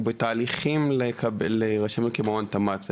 הוא בתהליכים להירשם כמעון תמ"ת.